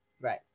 right